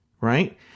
right